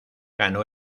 ganó